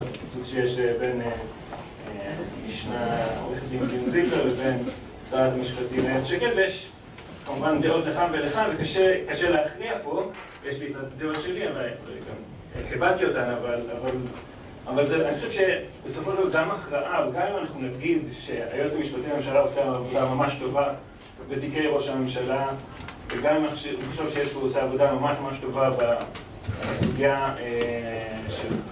בפיצוץ שיש בין עורכת הדין זיגלר לבין שרת המשפטים איילת שקד, ויש כמובן דעות לכאן ולכאן, וקשה להכניע פה ויש לי את הדעות שלי, כיבדתי אותן אבל אבל אני חושב שבסופו של דבר גם ההכרעה וגם אם אנחנו נגיד שהיועץ המשפטי לממשלה עושה עבודה ממש טובה בתיקי ראש הממשלה וגם אם אני חושב שיש פה עושה עבודה ממש ממש טובה בסוגיה